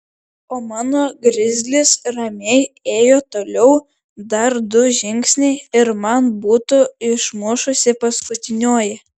o mano grizlis ramiai ėjo toliau dar du žingsniai ir man būtų išmušusi paskutinioji